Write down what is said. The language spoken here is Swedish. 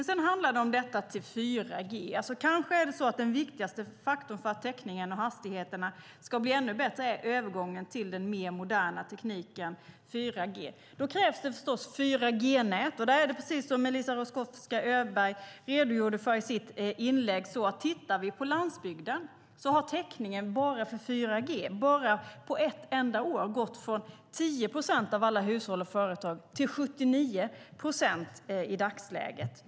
Sedan har vi frågan om övergång till 4G. Kanske är den viktigaste faktorn för att täckningen och hastigheterna ska bli ännu bättre övergången till den mer moderna tekniken 4G. Då krävs förstås 4G-nät. Där är det precis som Eliza Roszkowska Öberg redogjorde för i sitt inlägg, nämligen att på landsbygden har täckningen för 4G på ett enda år gått från 10 procent av alla hushåll och företag till 79 procent i dagsläget.